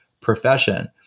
profession